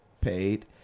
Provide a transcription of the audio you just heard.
paid